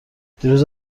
دیروز